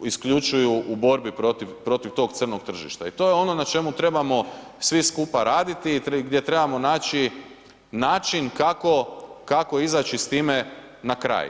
isključuju u borbi protiv tog crnog tržišta i to ono na čemu trebamo svi skupa raditi i gdje trebamo naći način kako izaći s time na kraj.